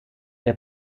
der